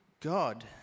God